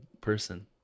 person